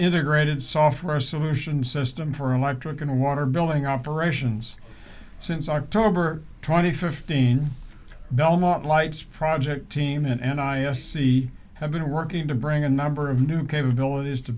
integrated software solution system for electric and water building operations since october trying to fifteen belmont lights project team and i s c have been working to bring a number of new capabilities to